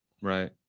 Right